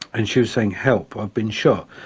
and she was saying, help! i've been shot!